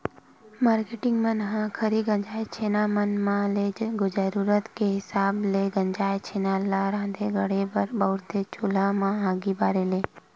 marketing मन ह खरही गंजाय छैना मन म ले जरुरत के हिसाब ले गंजाय छेना ल राँधे गढ़हे बर बउरथे चूल्हा म आगी बारे ले